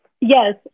yes